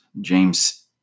James